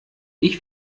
ich